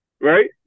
Right